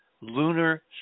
lunar